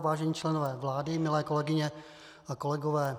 Vážení členové vlády, milé kolegyně, kolegové.